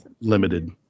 limited